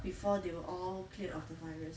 before they were all cleared of the virus